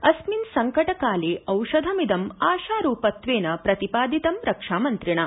अस्मिन् संकटकाले औषधमिदं आशारूपत्वेन प्रतिपादितम् रक्षामन्त्रिणा